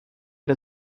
der